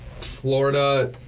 Florida